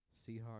Seahawks